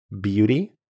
Beauty